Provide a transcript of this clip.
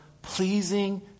pleasing